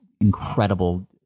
incredible